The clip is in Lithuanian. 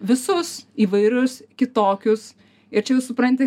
visus įvairius kitokius ir čia jau supranti